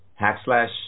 Hackslash